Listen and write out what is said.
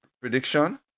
prediction